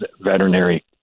veterinary